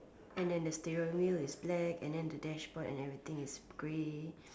and then the sterile wheel is black and then the dashboard and everything is grey